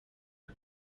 aho